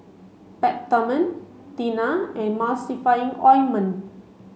Peptamen Tena and Emulsying ointment